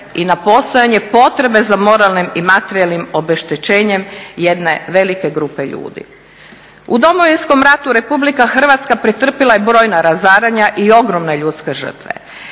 i na postojanje potrebe za moralnim i materijalnim obeštećenjem jedne velike grupe ljudi. U Domovinskom ratu Republika Hrvatska pretrpjela je brojna razaranja i ogromne ljudske žrtve.